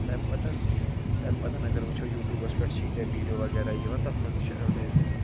تَمہِ پَتَن تَمہِ پَتَن اگر وٕچھو یوٗٹوٗبَس پٮ۪ٹھ چھِ ییٖتیاہ ویٖڈیو وغیرہ یِوان تَتھ منٛز تہِ چھِ ایڈوَٹایز گژھان